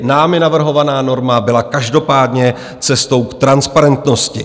Námi navrhovaná norma byla každopádně cestou k transparentnosti.